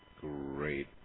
Great